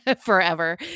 forever